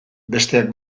besteak